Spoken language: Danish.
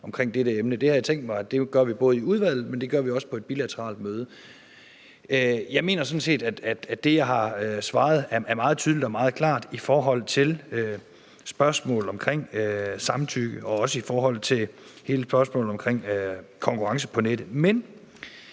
Det har jeg tænkt mig at vi både gør i udvalget, men det gør vi også på et bilateralt møde. Jeg mener sådan set, at det, jeg har svaret, er meget tydeligt og meget klart i forhold til spørgsmålet om samtykke og også hele spørgsmålet om konkurrencer på nettet.